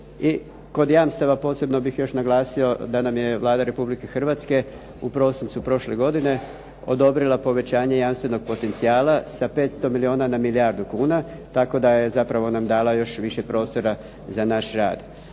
I kod jamstava posebno bih još naglasio da nam je Vlada Republike Hrvatske u prosincu prošle godine odobrila povećanje jamstvenog potencijala sa 500 milijuna na milijardu kuna tako da je zapravo nam dala još više prostora za naš rad.